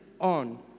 on